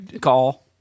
call